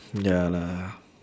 ya lah